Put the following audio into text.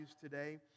today